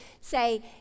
say